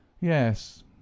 Yes